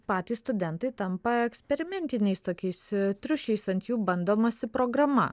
patys studentai tampa eksperimentiniais tokiais triušiais ant jų bandomasi programa